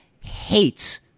hates